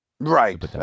right